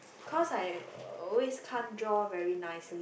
cause I always can't draw very nicely